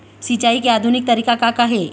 सिचाई के आधुनिक तरीका का का हे?